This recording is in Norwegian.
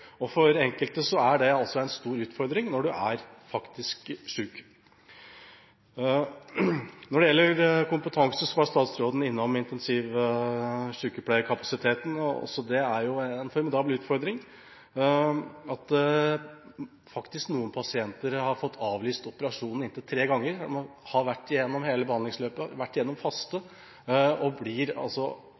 er det en stor utfordring for den enkelte. Når det gjelder kompetanse, var statsråden innom intensivsykepleierkapasiteten, og også det er jo en formidabel utfordring. Noen pasienter har faktisk fått avlyst operasjonen inntil tre ganger. Man har vært gjennom hele behandlingsløpet, man har vært gjennom faste, og så blir altså